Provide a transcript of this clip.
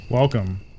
Welcome